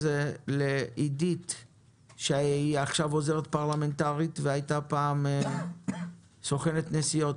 שהיא עכשיו עוזרת פרלמנטרית והייתה פעם סוכנת נסיעות.